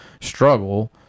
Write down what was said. struggle